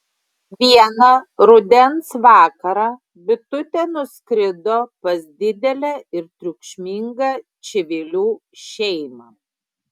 vieną rudens vakarą bitutė nuskrido pas didelę ir triukšmingą čivilių šeimą